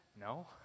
No